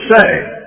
say